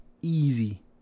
easy